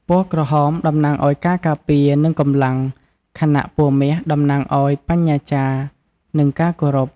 ពណ៌ក្រហមតំណាងឲ្យការការពារ និងកម្លាំង ខណៈពណ៌មាសតំណាងឲ្យបញ្ញាចារ្យ និងការគោរព។